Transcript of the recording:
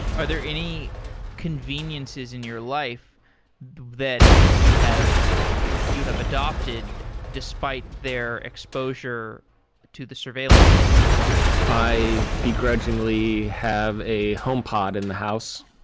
are there any conveniences in your life that you have you have adapted despite their exposure to the surveillance state i begrudgingly have a home pod in the house.